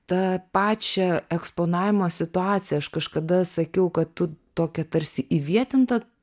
tą pačią eksponavimo situaciją aš kažkada sakiau kad tu tokią tarsi įvietintą